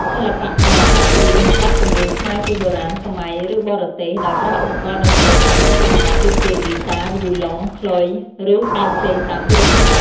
សិល្បករអាចច្រៀងបទចម្រៀងខ្មែរពីបុរាណ សម័យ ឬបរទេស ដោយប្រើឧបករណ៍តន្ត្រីសាមញ្ញៗ ដូចជាហ្គីតា វីយូឡុង ខ្លុយ ឬបើកភ្លេងតាមទូរស័ព្ទ។